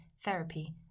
therapy